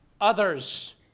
others